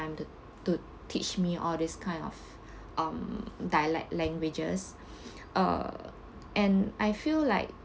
time to to teach me all this kind of um dialect languages uh and I feel like